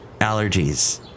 allergies